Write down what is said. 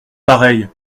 pareille